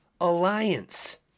Alliance